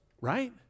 right